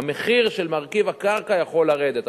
והמחיר של מרכיב הקרקע יכול לרדת.